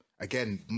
again